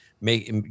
make